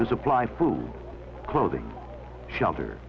the supply food clothing shelter